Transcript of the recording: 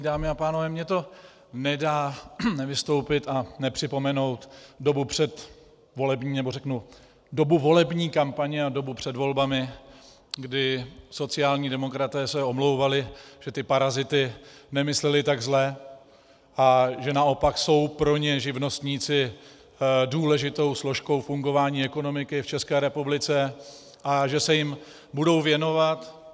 Dámy a pánové, mně to nedá nevystoupit a nepřipomenout dobu předvolební, nebo řeknu dobu volební kampaně a dobu před volbami, kdy se sociální demokraté omlouvali, že ty parazity nemysleli tak zle a že naopak jsou pro ně živnostníci důležitou složkou fungování ekonomiky v České republice a že se jim budou věnovat.